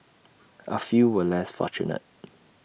A few were less fortunate